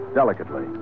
delicately